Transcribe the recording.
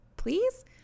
please